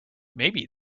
maybe